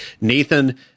Nathan